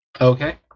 okay